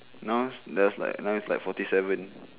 now is just like now is like forty seven